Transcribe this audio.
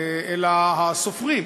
אלא הסופרים.